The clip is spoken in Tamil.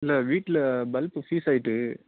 இல்லை வீட்டில் பல்பு ஃபீஸ் ஆகிட்டு